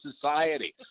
society